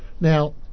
Now